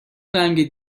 رنگ